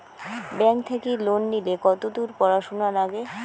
Bank থাকি loan নিলে কতদূর পড়াশুনা নাগে?